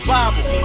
Bible